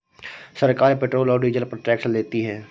सरकार पेट्रोल और डीजल पर टैक्स लेती है